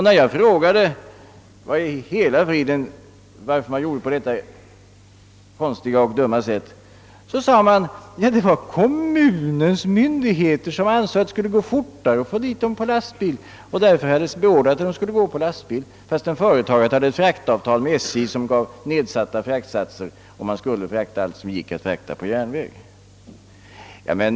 När jag frågade varför man handlade så oförståndigt svarade man att de kommunala myndigheterna ansåg att det skulle gå fortare att få dit materialet med lastbil och därför hade beordrat landsvägstransport, fastän företaget hade ett avtal med SJ som gav nedsatta fraktsatser och man alltså borde frakta allt som gick att frakta på järnväg.